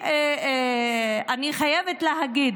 ואני חייבת להגיד,